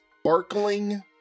sparkling